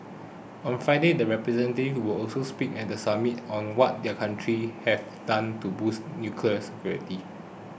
on Friday the representatives will also speak at the summit on what their country have done to boost nuclear security